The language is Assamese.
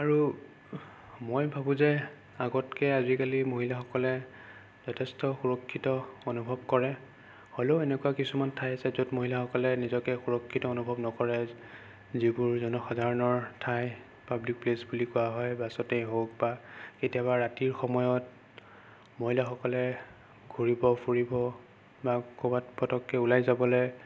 আৰু মই ভাবোঁ যে আগতকৈ আজিকালি মহিলাসকলে যথেষ্ট সুৰক্ষিত অনুভৱ কৰে হ'লেও এনেকুৱা কিছুমান ঠাই আছে য'ত মহিলাসকলে নিজকে সুৰক্ষিত অনুভৱ নকৰে যিবোৰ জনসাধাৰণৰ ঠাই পাব্লিক প্লেছ বুলি কোৱা হয় বাছতেই হওক বা কেতিয়াবা ৰাতিৰ সময়ত মহিলাসকলে ঘূৰিব ফুৰিব বা কবাত ফতককে ওলাই যাবলৈ